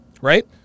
right